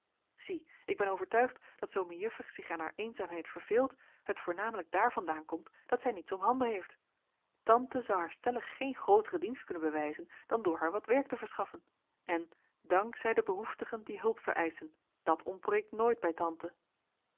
zie ik ben overtuigd dat zoo mejuffer zich in haar eenzaamheid verveelt het voornamelijk daar vandaan komt dat zij niets omhanden heeft tante zoude haar stellig geen grooteren dienst kunnen bewijzen dan door haar wat werk te verschaffen en dank zij den behoeftigen die hulp vereischen dat ontbreekt nooit bij tante